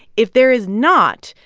if there is not,